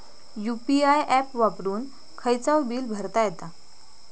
UPI app वापरून खायचाव bill भरता येता